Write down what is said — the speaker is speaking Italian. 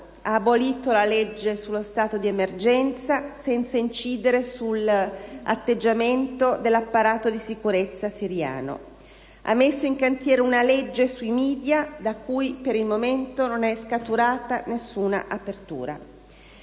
ha abolito la legge sullo stato di emergenza, senza incidere sull'atteggiamento dell'apparato di sicurezza siriano; ha messo in cantiere una legge sui *media* da cui, per il momento, non è scaturita nessuna apertura.